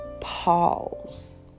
Pause